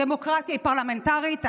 דמוקרטיה פרלמנטרית,